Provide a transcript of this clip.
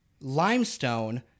limestone